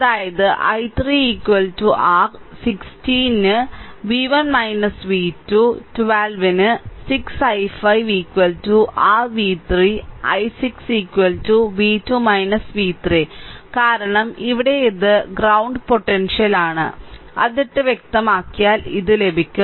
അതായത് i3 r i6 ന് v1 v2 12 ന് 6 i5 r v3 ന് i6 v2 v3 കാരണം ഇവിടെ അത് ഗ്രൌണ്ട് പൊട്ടൻഷ്യൽ ആൺ അത് ഇട്ടു വ്യക്തമാക്കിയാൽ ഇത് ലഭിക്കും